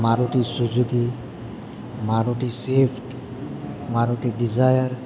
Maruti Suzuki Maruti Swift Maruti Dzire